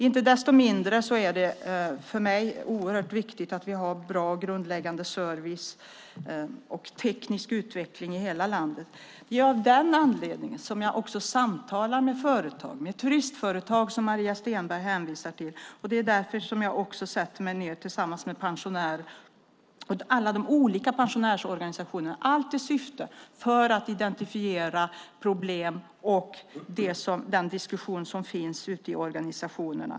Inte desto mindre är det oerhört viktigt för mig att vi har bra och grundläggande service och teknisk utveckling i hela landet. Det är av den anledningen som jag samtalar med företag, till exempel turistföretag som Maria Stenberg hänvisar till. Det är också därför som jag sätter mig ned tillsammans med alla de olika pensionärsorganisationerna i syfte att identifiera problem och den diskussion som finns ute i organisationerna.